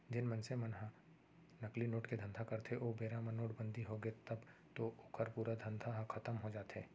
जेन मनसे मन ह नकली नोट के धंधा करथे ओ बेरा म नोटबंदी होगे तब तो ओखर पूरा धंधा ह खतम हो जाथे